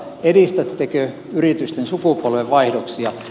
edistättekö yritysten sukupolvenvaihdoksia